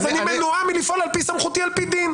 אני מנועה מלפעול על פי סמכותי על פי דין.